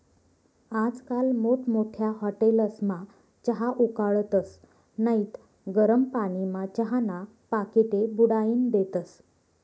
आजकाल मोठमोठ्या हाटेलस्मा चहा उकाळतस नैत गरम पानीमा चहाना पाकिटे बुडाईन देतस